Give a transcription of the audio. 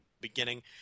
Beginning